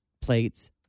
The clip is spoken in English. plates